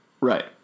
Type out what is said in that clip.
Right